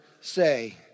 say